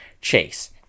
Chase